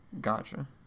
gotcha